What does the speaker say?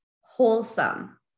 wholesome